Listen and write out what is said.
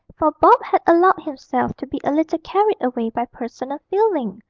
for bob had allowed himself to be little carried away by personal feeling.